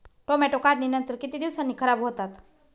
Tomato काढणीनंतर किती दिवसांनी खराब होतात?